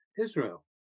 Israel